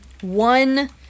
one